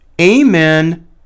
amen